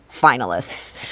finalists